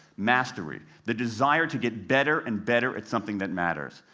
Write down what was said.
mastery the desire to get better and better at something that matters.